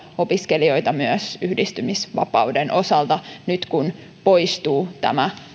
opiskelijoita myös yhdistymisvapauden osalta nyt kun poistuu tämä